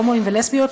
ההומואים והלסביות,